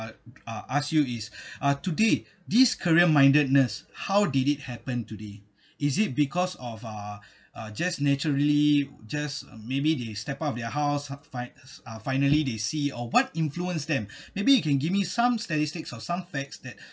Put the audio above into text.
ah ask you is uh today this career mindedness how did it happen today is it because of uh uh just naturally just maybe they step out of their house fine uh finally they see or what influence them maybe you can give me some statistics or some facts that